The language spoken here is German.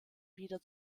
wieder